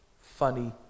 funny